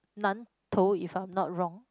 Nan-Tou if I'm not wrong